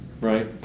Right